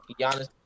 Giannis